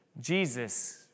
Jesus